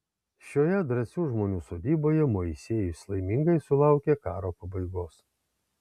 šioje drąsių žmonių sodyboje moisiejus laimingai sulaukė karo pabaigos